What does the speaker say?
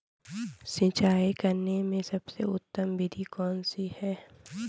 सिंचाई करने में सबसे उत्तम विधि कौन सी है?